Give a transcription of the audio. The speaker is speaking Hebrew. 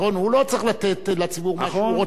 הוא לא צריך לתת לציבור מה שהוא רוצה.